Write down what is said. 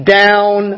down